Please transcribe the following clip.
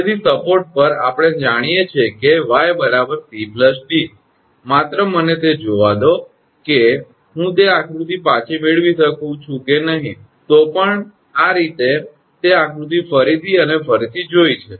તેથી સર્પોટ પર આપણે જાણીએ છીએ કે 𝑦 𝑐 𝑑 માત્ર મને તે જોવા દો કે હું તે આકૃતિ પાછી મેળવી શકું છું નહીં તો કોઇ પણ રીતે આપણે તે આકૃતિ ફરીથી અને ફરીથી જોઇ છે